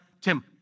Tim